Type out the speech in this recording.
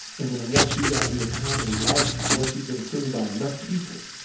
and then once you got your comedy license, once you've been seen by enough people